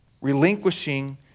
relinquishing